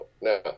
Now